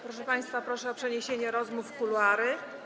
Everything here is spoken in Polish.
Proszę państwa, proszę o przeniesienie rozmów do kuluarów.